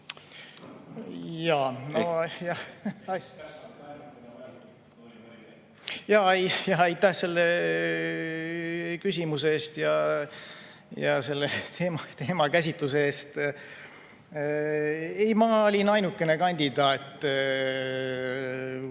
saalist.) Aitäh selle küsimuse eest ja teemakäsitluse eest! Ei, ma olin ainukene kandidaat,